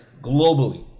globally